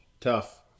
Tough